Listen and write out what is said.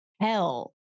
hell